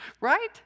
right